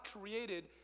created